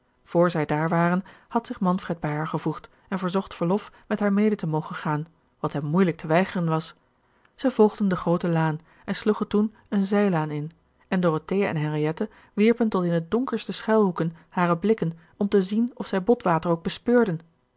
zij daar waren had zich manfred bij haar gevoegd en verzocht verlof met haar mede te mogen gaan wat hem moeilijk te weigeren was zij volgden de gerard keller het testament van mevrouw de tonnette groote laan en sloegen toen een zijlaan in en dorothea en henriette wierpen tot in de donkerste schuilhoeken hare blikken om te zien of zij botwater ook bespeurden